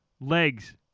Legs